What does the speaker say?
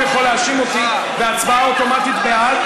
אתה לא יכול להאשים אותי בהצבעה אוטומטית בעד,